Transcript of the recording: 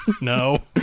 No